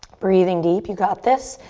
breathing deep, you got this.